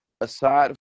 aside